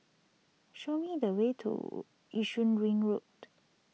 show me the way to Yishun Ring Road